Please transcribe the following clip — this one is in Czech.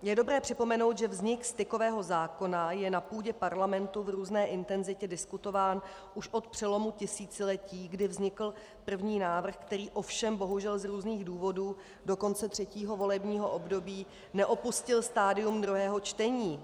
Je dobré připomenout, že vznik stykového zákona je na půdě Parlamentu v různé intenzitě diskutován už od přelomu tisíciletí, kdy vznikl první návrh, který ovšem bohužel z různých důvodů do konce třetího volebního období neopustil stadium druhého čtení.